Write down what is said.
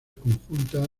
conjunta